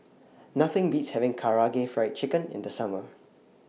Nothing Beats having Karaage Fried Chicken in The Summer